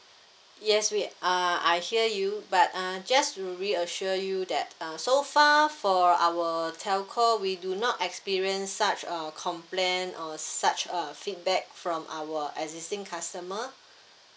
yes we uh I hear you but uh just to reassure you that uh so far for our telco we do not experience such uh complaint or such a feedback from our existing customer